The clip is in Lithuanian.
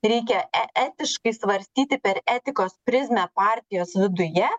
reikia e etiškai svarstyti per etikos prizmę partijos viduje